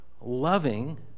loving